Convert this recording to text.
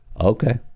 okay